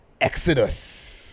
Exodus